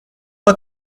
pas